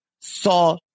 saw